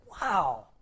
Wow